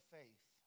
faith